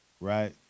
Right